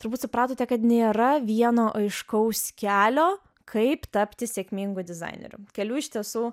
turbūt supratote kad nėra vieno aiškaus kelio kaip tapti sėkmingu dizaineriu kelių iš tiesų